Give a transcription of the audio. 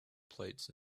plates